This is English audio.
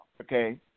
okay